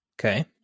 Okay